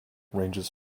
ranges